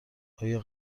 آیا